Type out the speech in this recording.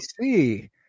see